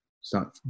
start